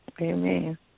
Amen